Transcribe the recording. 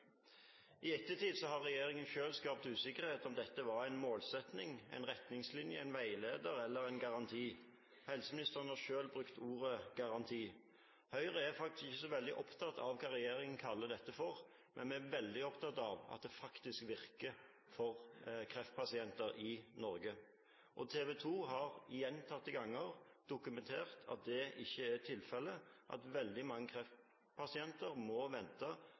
I ettertid har regjeringen selv skapt usikkerhet om hvorvidt dette var en målsetting, en retningslinje, en veileder eller en garanti. Helseministeren har selv brukt ordet «garanti». Høyre er faktisk ikke så veldig opptatt av hva regjeringen kaller dette, men vi er veldig opptatt av at det faktisk virker for kreftpasienter i Norge. TV 2 har gjentatte ganger dokumentert at det ikke er tilfellet, at veldig mange kreftpasienter må vente